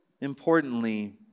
importantly